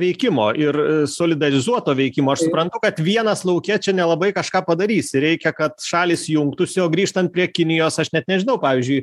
veikimo ir solidarizuoto veikimo aš suprantu kad vienas lauke čia nelabai kažką padarysi reikia kad šalys jungtųsi o grįžtant prie kinijos aš net nežinau pavyzdžiui